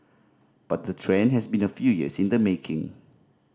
but the trend has been a few years in the making